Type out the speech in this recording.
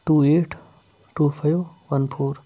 two eight two five one four